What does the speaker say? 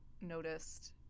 noticed